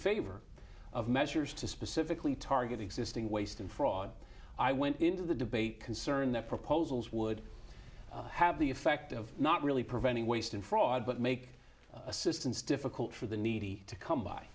favor of measures to specifically target existing waste and fraud i went into the debate concerned that proposals would have the effect of not really preventing waste and fraud but make assistance difficult for the needy to come